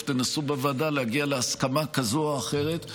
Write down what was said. תנסו בוועדה להגיע להסכמה כזאת או אחרת,